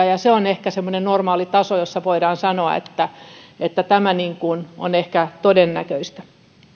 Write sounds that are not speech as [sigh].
[unintelligible] ja se on ehkä semmoinen normaali taso josta voidaan sanoa että että tämä on ehkä todennäköistä